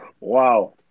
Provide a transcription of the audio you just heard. Wow